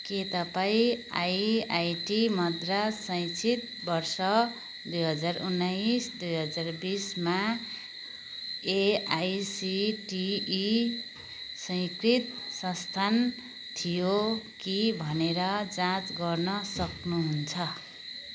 के तपाईँ आइआइटी मद्रास शैक्षिक वर्ष दुई हजार उन्नाइस दुई हजार बिसमा एआइसिटिई स्वीकृत संस्थान थियो कि भनेर जाँच गर्न सक्नुहुन्छ